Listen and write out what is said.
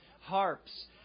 harps